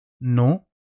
no